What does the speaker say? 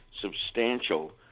substantial